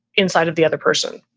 inside of the other person.